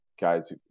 guys